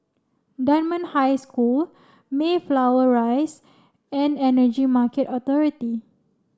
Dunman High School Mayflower Rise and Energy Market Authority